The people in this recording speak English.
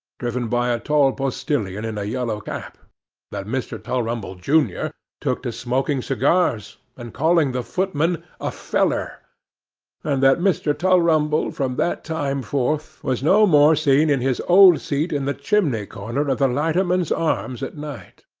driven by a tall postilion in a yellow cap that mr. tulrumble junior took to smoking cigars, and calling the footman a feller and that mr. tulrumble from that time forth, was no more seen in his old seat in the chimney-corner of the lighterman's arms at night.